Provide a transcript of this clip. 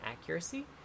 accuracy